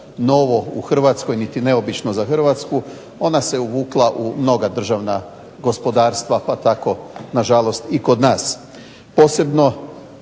novo u Hrvatskoj niti neobično za Hrvatsku. Ona se uvukla u mnoga državna gospodarstva pa tako nažalost i kod nas. Posebno